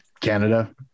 Canada